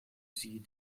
sie